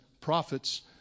prophets